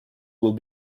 will